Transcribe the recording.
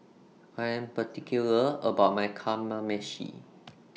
I Am particular about My Kamameshi